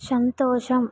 సంతోషం